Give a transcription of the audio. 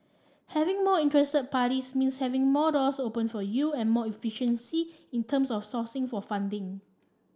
having more interested parties means having more out doors open for you and more efficiency in terms of sourcing for funding